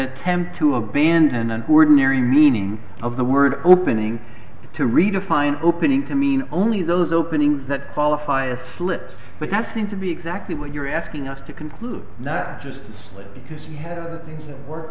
attempt to abandon an ordinary meaning of the word opening to redefine opening to mean only those openings that qualify a slip but that seems to be exactly what you're asking us to conclude not just slip because we have things that w